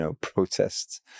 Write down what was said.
protests